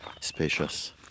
spacious